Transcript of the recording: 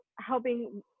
helping